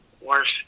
Worst